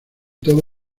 todo